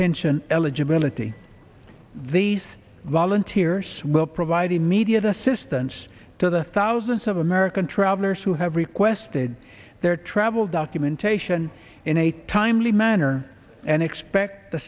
pension eligibility these volunteers will provide immediate assistance to the thousands of american travelers who have requested their travel documentation in a timely manner and expect the